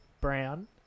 brown